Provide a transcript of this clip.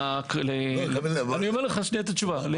אני אומר לך שנייה את התשובה.